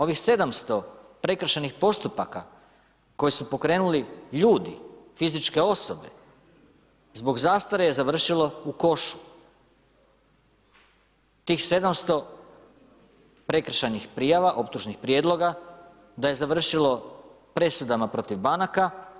Ovih 700 prekršajnih postupaka koje su pokrenuli ljudi, fizičke osobe, zbog zastare je završilo u košu tih 700 prekršajnih prijava, optužnih prijedloga da je završilo presudama protiv banaka.